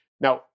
Now